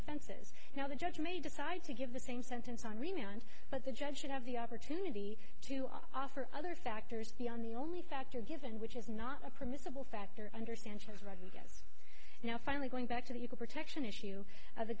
offenses now the judge may decide to give the same sentence on remand but the judge should have the opportunity to offer other factors beyond the only factor given which is not a permissible factor understand because right now finally going back to the protection issue of the